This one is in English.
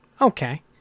Okay